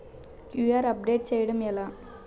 QR update చేయడం ఎలా?